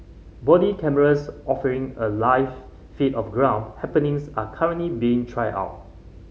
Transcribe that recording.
body cameras offering a live feed of ground happenings are currently being tried out